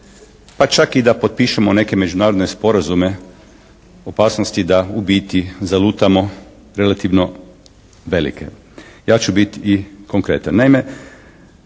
pa čak i da potpišemo neke međunarodne sporazume opasnosti da u biti zalutamo relativno velike. Ja ću biti i konkretan.